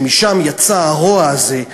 שמהם יצא הרוע הזה,